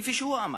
כפי שהוא אמר.